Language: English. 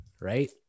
Right